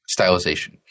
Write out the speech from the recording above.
stylization